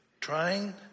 trying